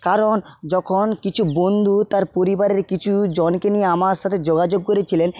কারণ যখন কিছু বন্ধু তার পরিবারের কিছু জনকে নিয়ে আমার সাথে যোগাযোগ করেছিলেন